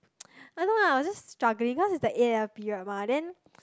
I don't know lah I was just struggling because it's the A-level period mah then